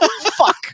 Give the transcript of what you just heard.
Fuck